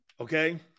Okay